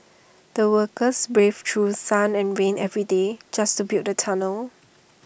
the workers braved through sun and rain every day just to build the tunnel